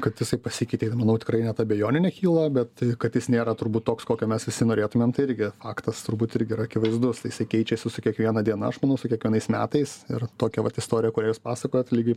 kad jisai pasikeitė manau tikrai net abejonių nekyla bet kad jis nėra turbūt toks kokio mes visi norėtumėm tai irgi faktas turbūt irgi yra akivaizdus tai jisai keičiasi su kiekviena diena aš manau su kiekvienais metais ir tokia vat istoriją kurią jūs pasakojot lygiai